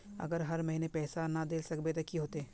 अगर हर महीने पैसा ना देल सकबे ते की होते है?